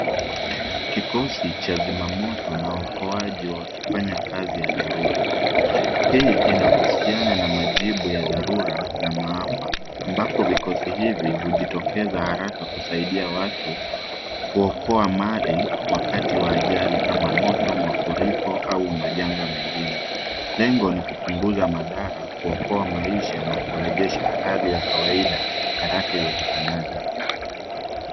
Kikosi cha zimamoto na okoaji wakifanya kazi ya dharura. Hii inahusiana na majibu ya dharura na maafa ambapo vikosi hivi hujitokeza haraka kusaidia watu, kuokoa mali wakati wa ajali kama moto, mafuriko au majanga mengine .Lengo ni kupunguza madhara, kuokoa maisha na kurejesha hali ya kawaida haraka iwezekanavyo.